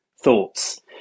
thoughts